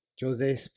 Jose